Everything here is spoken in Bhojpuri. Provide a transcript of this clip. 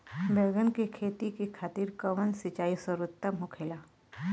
बैगन के खेती खातिर कवन सिचाई सर्वोतम होखेला?